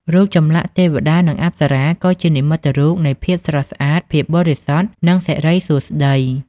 រូបចម្លាក់ទេវតា និងអប្សរា ក៏ជានិមិត្តរូបនៃភាពស្រស់ស្អាត ភាពបរិសុទ្ធ និងសិរីសួស្តី។